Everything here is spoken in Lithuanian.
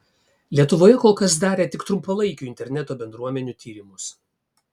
lietuvoje kol kas darė tik trumpalaikių interneto bendruomenių tyrimus